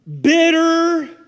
Bitter